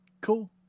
cool